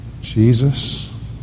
Jesus